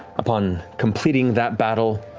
upon completing that battle,